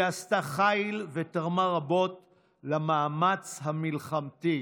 שעשתה חיל ותרמה רבות למאמץ המלחמתי